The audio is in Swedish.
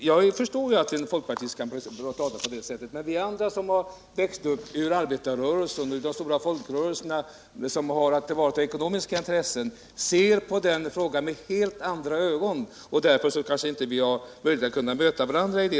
Jag förstår att en folkpartist kan tala på det sättet, men vi andra som har växt upp i arbetarrörelsen och de stora folkrörelser som har att tillvarata ekonomiska intressen ser på denna fråga med helt andra ögon. Därför har vi kanske inte möjlighet att möta varandra.